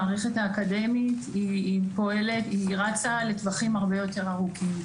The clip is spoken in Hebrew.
המערכת האקדמית פועלת ורצה לטווחים הרבה יותר ארוכים.